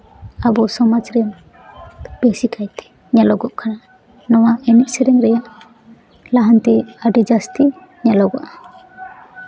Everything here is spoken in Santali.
ᱟᱵᱚ ᱥᱚᱢᱟᱡᱽ ᱨᱮ ᱵᱮᱥᱤ ᱠᱟᱭᱛᱮ ᱧᱮᱞᱚᱜᱚᱜ ᱠᱟᱱᱟ ᱱᱚᱣᱟ ᱮᱱᱮᱡ ᱥᱮᱨᱮᱧ ᱨᱮᱭᱟᱜ ᱞᱟᱦᱟᱱᱛᱤ ᱟᱹᱰᱤ ᱡᱟᱹᱥᱛᱤ ᱧᱮᱞᱚᱜᱚᱜᱼᱟ